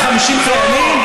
אתם לא מטרטרים אותנו?